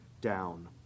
down